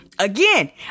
Again